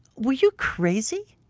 were you crazy?